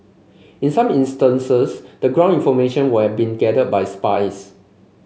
in some instances the ground information would have been gathered by spies